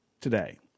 today